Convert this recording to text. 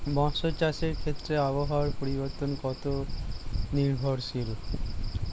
মৎস্য চাষের ক্ষেত্রে আবহাওয়া পরিবর্তন কত নির্ভরশীল?